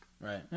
Right